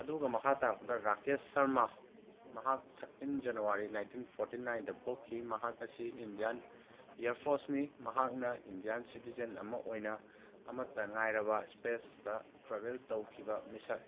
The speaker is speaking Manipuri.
ꯑꯗꯨꯒ ꯃꯈꯥ ꯇꯥꯔꯛꯄꯗ ꯔꯥꯀꯦꯁ ꯁꯔꯃ ꯃꯍꯥꯛ ꯊꯥꯔꯇꯤꯟ ꯖꯅꯋꯥꯔꯤ ꯅꯥꯏꯟꯇꯤꯟ ꯐꯣꯔꯇꯤ ꯅꯥꯏꯟꯗ ꯄꯣꯛꯈꯤ ꯃꯍꯥꯛ ꯑꯁꯤ ꯏꯟꯗꯤꯌꯥꯟ ꯑꯦꯌꯥꯔꯐꯣꯔꯁꯅꯤ ꯃꯍꯥꯛꯅ ꯏꯟꯗꯤꯌꯥꯟ ꯁꯤꯇꯤꯖꯦꯟ ꯑꯃ ꯑꯣꯏꯅ ꯑꯃꯠꯇ ꯉꯥꯏꯔꯕ ꯏꯁꯄꯦꯁꯇ ꯇ꯭ꯔꯥꯚꯦꯜ ꯇꯧꯈꯤꯕ ꯃꯤꯁꯛ